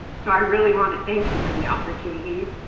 so i really wanna thank you for the opportunity.